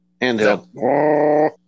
Handheld